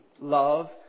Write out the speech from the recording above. love